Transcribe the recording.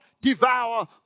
devour